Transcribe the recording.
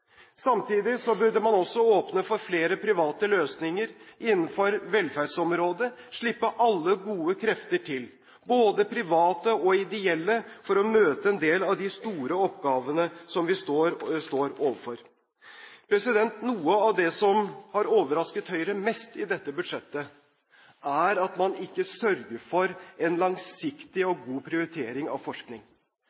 Samtidig burde man også åpne for flere private løsninger innenfor velferdsområdet – slippe alle gode krefter til, både private og ideelle, for å møte en del av de store oppgavene som vi står overfor. Noe av det som har overrasket Høyre mest i dette budsjettet, er at man ikke sørger for en langsiktig